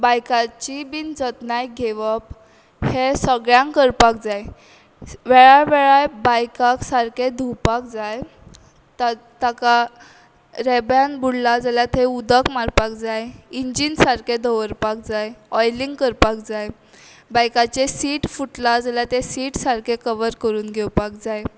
बायकाची बीन जतनाय घेवप हें सगळ्यांक करपाक जाय स् वेळा वेळार बायकाक सारके धुवपाक जाय ता ताका रेब्यान बुडला जाल्या थंय उदक मारपाक जाय इंजीन सारकें दवरपाक जाय ऑयलींग करपाक जाय बायकाचें सीट फुटलां जाल्या तें सीट सारकें कवर करून घेवपाक जाय